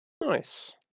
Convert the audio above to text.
Nice